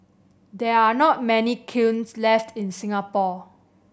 there are not many kilns left in Singapore